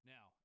Now